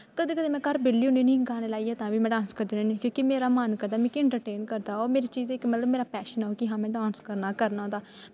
कदें कदें में घर बेह्ली होन्नी नी गाने लाइयै तां में डांस करदी रौह्न्नी होन्नी क्योंकि मेरा मन करदा मिकी इंट्रटेन करदा हा मेरी चीज़ इक मेरा मतलब पैशन ऐ कि हां में ओह् डांस करना करना होंदा